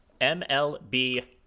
MLB